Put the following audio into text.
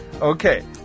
Okay